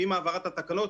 עם העברת התקנות,